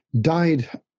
died